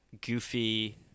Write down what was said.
goofy